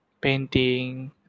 painting